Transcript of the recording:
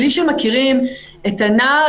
בלי שמכירים את הנער,